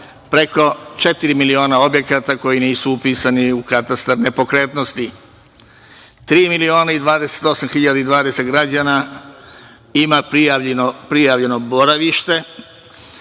četiri miliona objekata koji nisu upisani u katastar nepokretnosti, tri miliona i 28.020 građana ima prijavljeno boravište